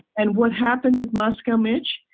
and what happened with moscow, mitch?